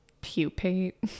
pupate